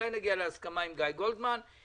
אולי נגיע להסכמה עם גיא גולדמן,